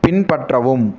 பின்பற்றவும்